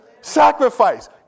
sacrifice